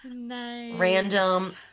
random